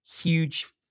huge